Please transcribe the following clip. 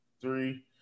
three